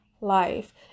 life